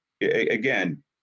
again